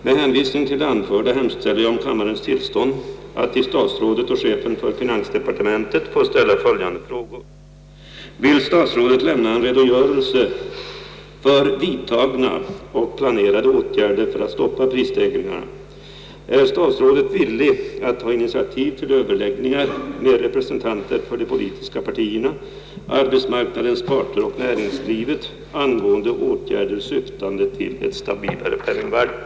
Med hänvisning till det anförda hemställer jag om kammarens tillstånd att till statsrådet och chefen för finansdepartementet få ställa följande frågor: Är statsrådet villig ta initiativ till överläggningar med representanter för de politiska partierna, arbetsmarknadens parter och näringslivet angående åtgärder syftande till ett stabilare penningvärde?